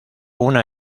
una